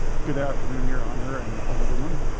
good afternoon, your honor and aldermen.